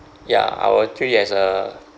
ya I will treat it as a